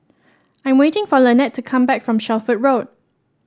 I am waiting for Lanette to come back from Shelford Road